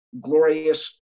glorious